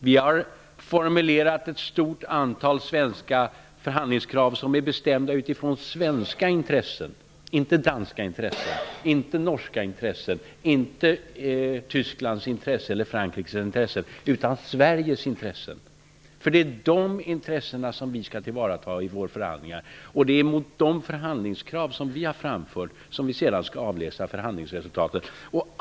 Vi har formulerat ett stort antal svenska förhandlingskrav som är bestämda utifrån svenska intressen -- inte utifrån danska, norska, tyska eller franska intressen. Det är Sveriges intressen som vi i våra förhandlingar skall tillvarata. Det är mot de förhandlingskrav som vi har framfört som vi sedan skall avläsa förhandlingsresultatet.